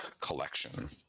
collection